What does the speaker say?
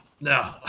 No